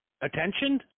Attention